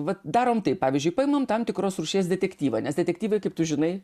vat darom taip pavyzdžiui paimam tam tikros rūšies detektyvą nes detektyvai kaip tu žinai